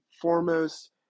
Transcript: foremost